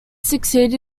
succeeded